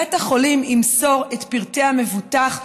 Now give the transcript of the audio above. ובית החולים ימסור את מספר המבוטח,